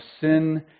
sin